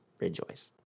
rejoice